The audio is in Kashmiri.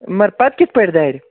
مگر پَتہٕ کِتھٕ پٲٹھۍ دَرِ